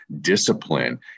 discipline